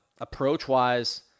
approach-wise